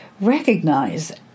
recognize